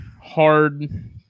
hard